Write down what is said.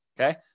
Okay